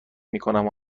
میکنم